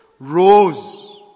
rose